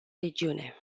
regiune